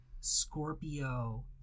scorpio